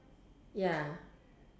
ya